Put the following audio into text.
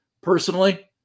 Personally